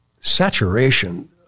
saturation